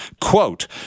Quote